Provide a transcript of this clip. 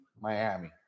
Miami